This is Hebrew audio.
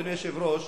אדוני היושב-ראש,